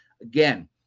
Again